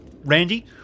Randy